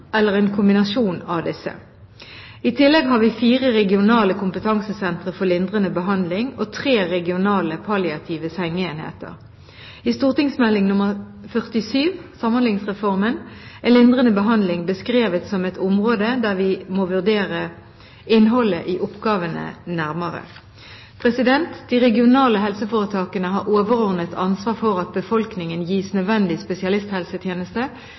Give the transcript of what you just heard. eller en kombinasjon av disse. I tillegg har vi fire regionale kompetansesentre for lindrende behandling og tre regionale palliative sengeenheter. I St.meld. nr. 47 for 2008–2009 Samhandlingsreformen er lindrende behandling beskrevet som et område der vi må vurdere innholdet i oppgavene nærmere. De regionale helseforetakene har overordnet ansvar for at befolkningen gis nødvendig spesialisthelsetjeneste